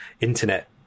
internet